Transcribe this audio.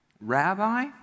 rabbi